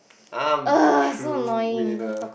I'm the true winner